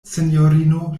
sinjorino